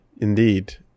indeed